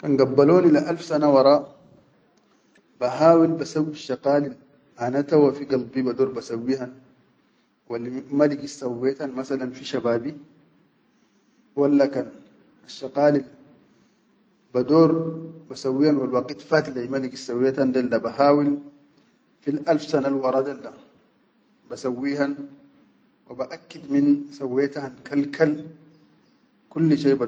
Kan gabbaloni le alf sana wara, bahawil basawwisshaqalil ana fi qalbi tawwa bador basawwihan wa li ma ligit sawwetan masalan fi shababi walla kan asshaqalil bador basawwehan wal waqit faat lai ma ligit sawweta del da bahawil fil alf saba wara del da basawwehan wa baʼakkid min sawwetan kal-kal kulli.